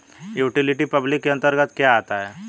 Utility public के अंतर्गत क्या आता है?